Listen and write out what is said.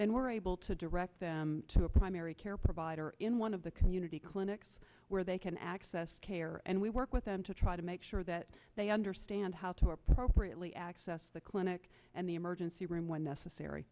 then we're able to direct them to a primary care provider in one of the community clinics where they can access care and we work with them to try to make sure that they understand how to appropriately access the clinic and the emergency room when necessary